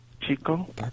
Chico